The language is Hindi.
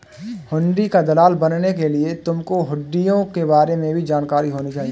हुंडी का दलाल बनने के लिए तुमको हुँड़ियों के बारे में भी जानकारी होनी चाहिए